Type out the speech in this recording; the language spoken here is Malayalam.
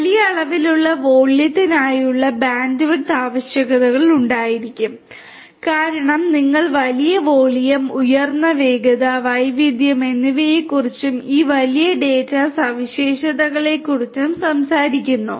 വലിയ അളവിലുള്ള വോള്യത്തിനായുള്ള ബാൻഡ്വിഡ്ത്ത് ആവശ്യകതകൾ ഉണ്ടായിരിക്കും കാരണം നിങ്ങൾ വലിയ വോളിയം ഉയർന്ന വേഗത വൈവിധ്യം എന്നിവയെക്കുറിച്ചും ഈ വലിയ ഡാറ്റ സവിശേഷതകളെക്കുറിച്ചും സംസാരിക്കുന്നു